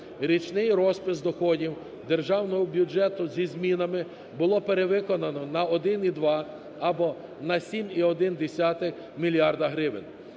річний розпис доходів Державного бюджету зі змінами було перевиконано на 1,2 або на 7,1 мільярди